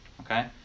Okay